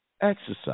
exercise